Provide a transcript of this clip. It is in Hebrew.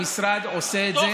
המשרד עושה את זה,